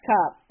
Cup